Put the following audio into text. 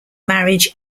marriage